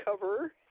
cover